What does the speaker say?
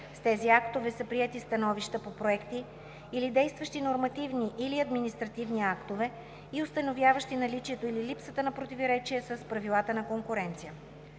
С тези актове са приети становища по проекти или действащи нормативни, или административни актове и установяващи наличието или липсата на противоречие с правилата на конкуренция.